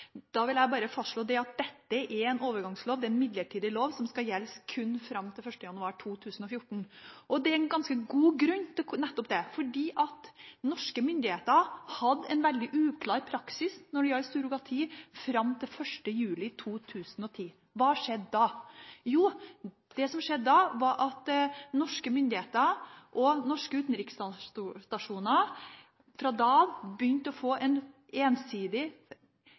Da vil jeg bare fastslå at dette er en overgangslov, det er en midlertidig lov som skal gjelde kun fram til 1. januar 2014. Det er en ganske god grunn til nettopp det. Norske myndigheter hadde en veldig uklar praksis når det gjaldt surrogati fram til 1. juli 2010. Hva skjedde da? Jo, det som skjedde da, var at norske myndigheter og norske utenriksstasjoner fra da av begynte å få en ensidig,